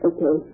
Okay